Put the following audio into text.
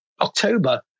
October